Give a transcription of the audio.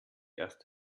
erst